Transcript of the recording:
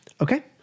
okay